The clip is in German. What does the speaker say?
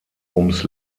ums